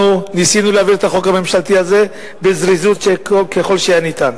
אנחנו ניסינו להעביר את החוק הממשלתי הזה בזריזות ככל שהיה ניתן.